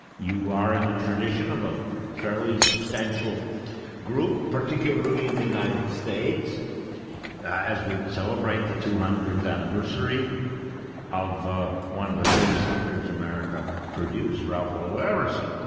you are in the tradition of a fairly substantial group, particularly in the united states as we celebrate the two hundredth anniversary of, ah, one of the greatest thinkers america produced, ralph waldo emerson,